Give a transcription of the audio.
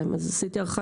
עשיתי הערכה,